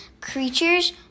creatures